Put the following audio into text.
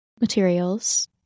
materials